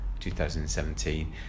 2017